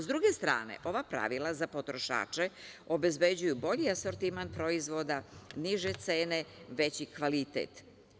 S druge strane, ova pravila za potrošače obezbeđuju bolji asortiman proizvoda, niže cene, veći kvalitet.